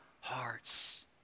hearts